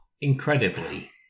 incredibly